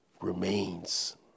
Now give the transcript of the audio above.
remains